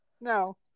No